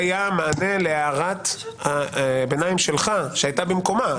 מענה להערת הביניים שלך שהייתה במקומה.